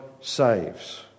saves